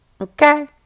okay